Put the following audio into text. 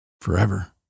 Forever